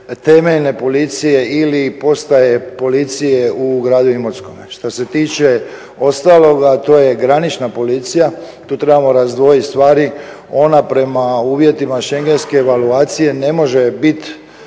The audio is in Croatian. temeljne policije ili postaje policije u gradu Imotskome. Šta se tiče ostaloga a to je granična policija, tu trebamo razdvojiti stvari, ona prema uvjetima schengenske evaluacije ne može biti,